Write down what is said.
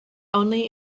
only